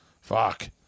fuck